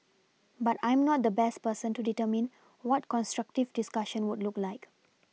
but I am not the best person to determine what constructive discussion would look like